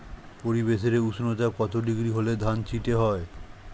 পরিবেশের উষ্ণতা কত ডিগ্রি হলে ধান চিটে হয়?